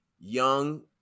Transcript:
young